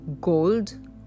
gold